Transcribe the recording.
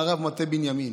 מערב מטה בנימין.